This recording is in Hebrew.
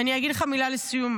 ואני אגיד לך מילה לסיום,